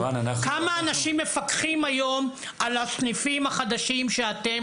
כמה אנשים מפקחים היום על הסניפים החדשים שאתם